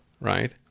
right